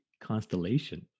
constellation